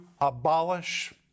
abolish